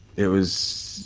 it was,